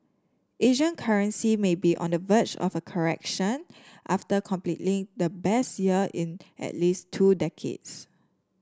Asian currencies may be on the verge of a correction after completely the best year in at least two decades